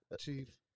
Chief